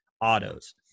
autos